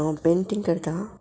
हांव पेंटींग करता